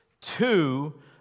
two